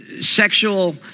sexual